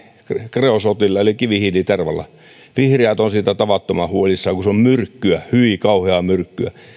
kreosootilla eli kivihiilitervalla vihreät ovat siitä tavattoman huolissaan kun se on myrkkyä hyi kauheaa myrkkyä